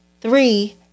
Three